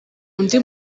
undi